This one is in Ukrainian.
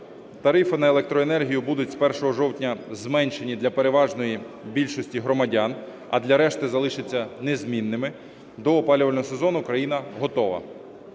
Тарифи на електроенергію будуть з 1 жовтня зменшені для переважної більшості громадян, а для решти залишаться незмінними. До опалювального сезону країна готова.